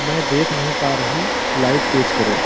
मैं देख नहीं पा रही लाइट तेज़ करो